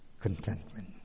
contentment